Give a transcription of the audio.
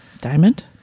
Diamond